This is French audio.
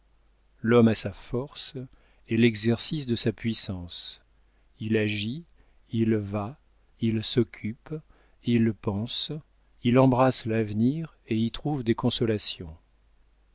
l'homme a sa force et l'exercice de sa puissance il agit il va il s'occupe il pense il embrasse l'avenir et y trouve des consolations